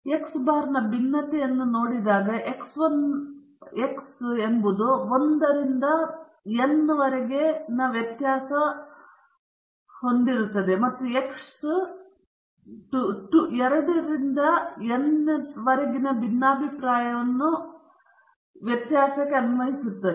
ಆದ್ದರಿಂದ ನೀವು ಎಕ್ಸ್ ಬಾರ್ನ ಭಿನ್ನತೆಯನ್ನು ಅರ್ಪಿಸಿದಾಗ ಇದು x 1 ನ n ನಿಂದ ವ್ಯತ್ಯಾಸದೊಂದಿಗೆ ಮತ್ತು x 2 ನಿಂದ n ಯಿಂದ ಭಿನ್ನಾಭಿಪ್ರಾಯವನ್ನು n ಮೂಲಕ xn ನ ವ್ಯತ್ಯಾಸಕ್ಕೆ ಅನ್ವಯಿಸುತ್ತದೆ